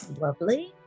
Lovely